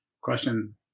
Question